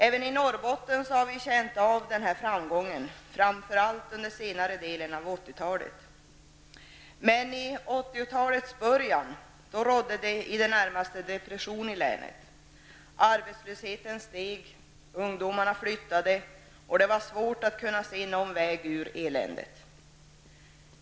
Även i Norrbotten har vi känt av framgången, framför allt under senare delen av 80-talet. I 80-talets början rådde i det närmaste depression i länet, arbetslösheten steg, ungdomen flyttade och det var svårt att kunna se någon väg ur eländet.